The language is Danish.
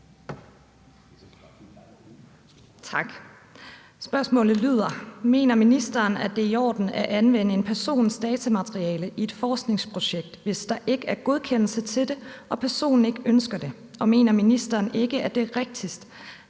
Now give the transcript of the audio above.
Tak. Spørgsmålet lyder: Mener ministeren, at det er i orden at anvende en persons datamateriale i et forskningsprojekt, hvis der ikke er godkendelse til det og personen ikke ønsker det, og mener ministeren ikke, at det er rigtigst,